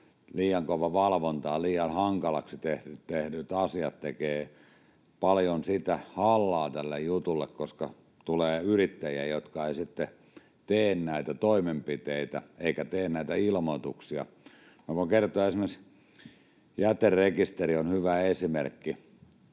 liian kova valvonta ja liian hankalaksi tehdyt asiat tekevät paljon hallaa tälle jutulle, koska tulee yrittäjiä, jotka eivät sitten tee näitä toimenpiteitä eivätkä tee näitä ilmoituksia. Voin kertoa, että esimerkiksi jäterekisteri on hyvä esimerkki.